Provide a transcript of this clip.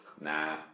Nah